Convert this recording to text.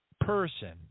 person